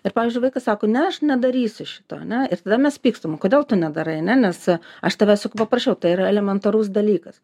ir pavyzdžiui vaikas sako ne aš nedarysiu šito ane ir tada mes pykstam o kodėl tu nedarai ane nes aš tavęs juk paprašiau tai yra elementarus dalykas